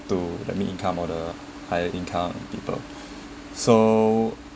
to the mid-income or the higher-income people so